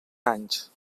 anys